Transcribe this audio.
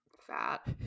fat